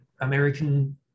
American